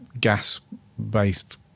gas-based